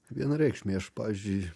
vienareikšmiai aš pavyzdžiui